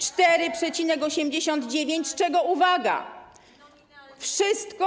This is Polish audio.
4,89%, z czego, uwaga, wszystko